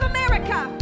America